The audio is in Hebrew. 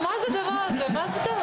מה הדבר הזה?